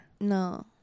No